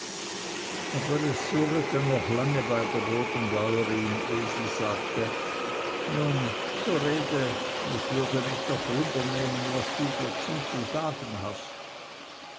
noch bei der bodenbäurin ehe sie sagte nun so rede es würde mich doch wunder nehmen was du dazu zu sagen hast